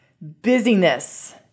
busyness